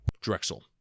drexel